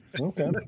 okay